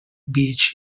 beach